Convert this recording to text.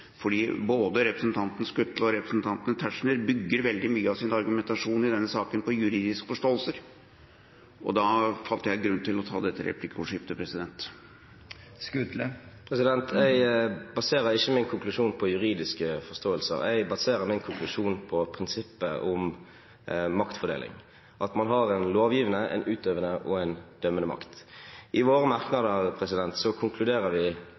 både representanten Skutle og representanten Tetzschner bygger veldig mye av sin argumentasjon i denne saken på juridiske forståelser, og da fant jeg grunn til å ta dette replikkordskiftet. Jeg baserer ikke min konklusjon på juridiske forståelser. Jeg baserer min konklusjon på prinsippet om maktfordeling, at man har en lovgivende, en utøvende og en dømmende makt. I våre merknader konkluderer vi med at vi